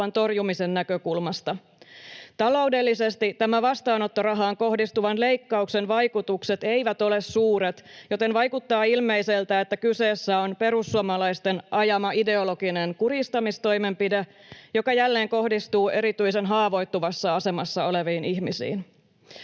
torjumisen näkökulmasta. Taloudellisesti tähän vastaanottorahaan kohdistuvan leikkauksen vaikutukset eivät ole suuret, joten vaikuttaa ilmeiseltä, että kyseessä on perussuomalaisten ajama ideologinen kurjistamistoimenpide, joka jälleen kohdistuu erityisen haavoittuvassa asemassa oleviin ihmisiin.